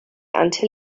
until